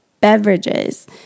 beverages